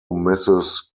mrs